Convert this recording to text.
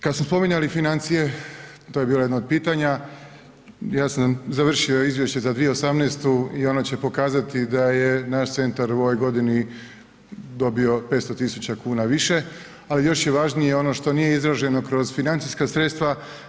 Kada smo spominjali financije, to je bilo jedno od pitanja, ja sam završio izvješće za 2018. i ona će pokazati da je naš centar u ovoj godini dobio 500 tisuća kuna više a još je i važnije ono što nije izraženo kroz financijska sredstva.